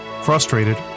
Frustrated